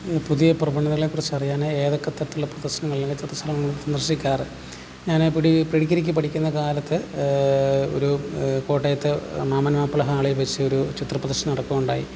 പുതിയ പ്രവണതകളെ കുറിച്ചറിയാനായി ഏതൊക്കെ തരത്തിലുള്ള പ്രദർശനങ്ങൾ അല്ലെങ്കിൽ സന്ദർശിക്കാറ് ഞാൻ പ്രീ ഡിഗ്രിക്ക് പഠിക്കുന്ന കാലത്ത് ഒരു കോട്ടയത്ത് മാമൻ മാപ്പിള ഹാളിൽ വച്ചൊരു ചിത്രപ്രദർശനം നടക്കുക ഉണ്ടായി